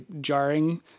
jarring